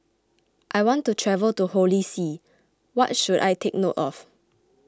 I want to travel to Holy See what should I take note of